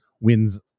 wins